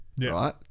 right